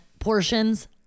Portions